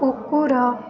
କୁକୁର